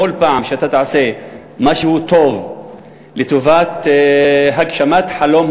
שבכל פעם שתעשה משהו טוב לטובת הגשמת חלום